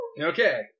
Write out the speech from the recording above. Okay